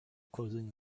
closing